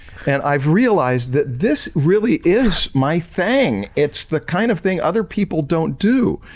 and i've realized that this really is my thing. it's the kind of thing other people don't do.